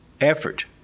effort